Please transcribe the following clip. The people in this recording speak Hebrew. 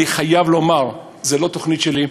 אני חייב לומר, זו לא תוכנית שלי,